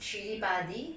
chilli padi